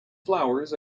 flowers